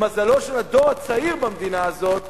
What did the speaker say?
למזלו של הדור הצעיר במדינה הזאת,